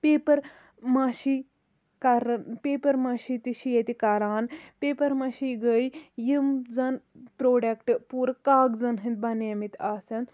paper mache کَرٕ paper mache تہِ چھِ ییٚتہِ کَران پیپَر مٲشی گٔیہِ یِم زَن پروڈَکٹہٕ پوٗرٕ کاغزَن ہٕنٛد بَنیٲمٕتۍ آسَن